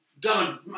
Done